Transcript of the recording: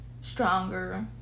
stronger